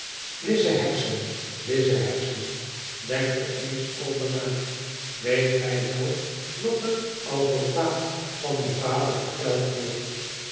hexam lize hexam denk er eens over na weet gij wel wat er al voor kwaad van uw vader verteld wordt